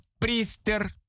priester